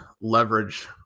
leverage